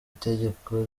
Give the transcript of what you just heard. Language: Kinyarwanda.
itegeko